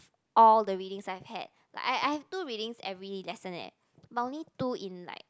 all the readings I've had like I I have two readings every lesson eh but only two in like